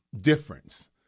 difference